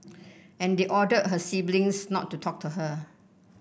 and they ordered her siblings not to talk to her